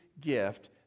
gift